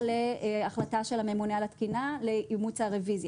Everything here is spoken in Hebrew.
להחלטה של הממונה על התקינה לאימוץ הרוויזיה.